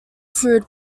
food